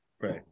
Right